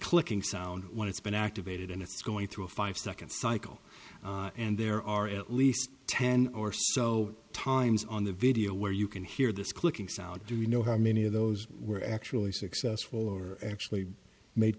clicking sound when it's been activated and it's going through a five second cycle and there are at least ten or so times on the video where you can hear this clicking sound do you know how many of those were actually successful or actually made